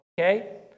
Okay